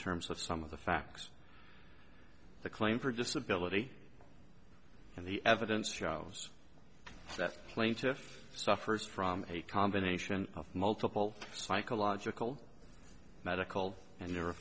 terms of some of the facts the claim for disability and the evidence shows that plaintiff suffers from a combination of multiple psychological medical and you